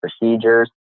procedures